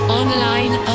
online